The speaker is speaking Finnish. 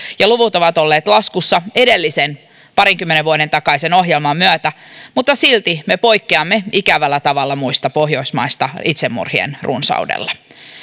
ja luvut ovat olleet laskussa edellisen parinkymmenen vuoden takaisen ohjelman myötä mutta silti me poikkeamme ikävällä tavalla muista pohjoismaista itsemurhien runsaudella